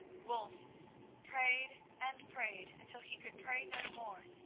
wulf prayed and prayed until he could pray no more,